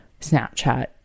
Snapchat